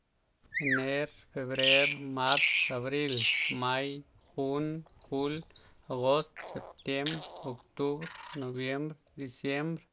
Ener febrer mars abril may jun jul agost septiem octubr noviem diciem